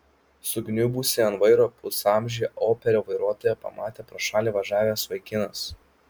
sukniubusį ant vairo pusamžį opelio vairuotoją pamatė pro šalį važiavęs vaikinas